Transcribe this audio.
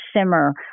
simmer